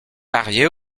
varié